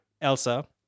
Elsa